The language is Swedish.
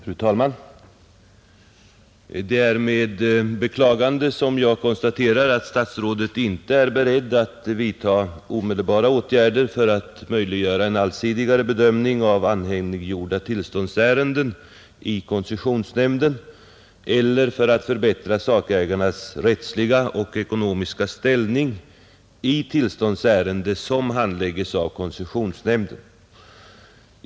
Fru talman! Det är med beklagande som jag konstaterar att statsrådet inte är beredd att vidta omedelbara åtgärder för att möjliggöra en allsidigare bedömning av anhängiggjorda tillståndsärenden i koncessionsnämnden eller för att förbättra sakägarnas rättsliga och ekonomiska ställning i tillståndsärenden som handläggs av koncessionsnämnden.